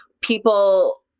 people